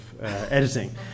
editing